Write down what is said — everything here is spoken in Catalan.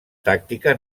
tàctica